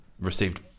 received